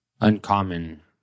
uncommon